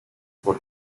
por